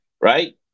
right